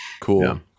Cool